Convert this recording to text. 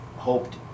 hoped